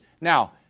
Now